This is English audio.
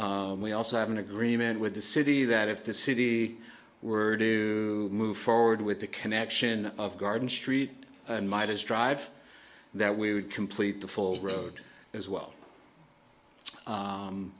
we also have an agreement with the city that if the city were to move forward with the connection of garden street might as drive that we would complete the full road as well